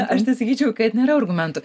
aš tai sakyčiau kad nėra argumentų